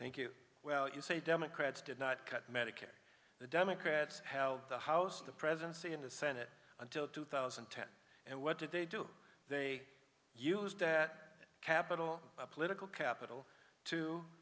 thank you well you say democrats did not cut medicare the democrats held the house of the presidency in the senate until two thousand and ten and what did they do they used that capital political capital to